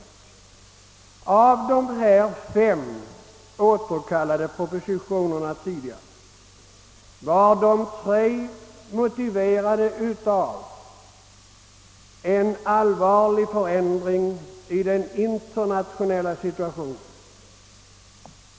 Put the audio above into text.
I fråga om dessa fem återkallade propositioner var tre återkallelser motiverade av en allvarlig förändring i den internationella situationen.